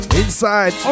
inside